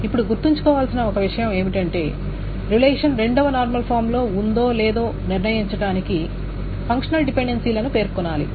ఇప్పుడు గుర్తుంచుకోవలసిన ఒక విషయం ఏమిటంటే రిలేషన్ 2 వ నార్మల్ ఫామ్ లో ఉందో లేదో నిర్ణయించడానికి ఫంక్షనల్ డిపెండెన్సీలను పేర్కొనాలి